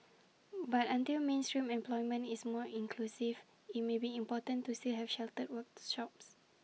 but until mainstream employment is more inclusive IT may be important to see have sheltered workshops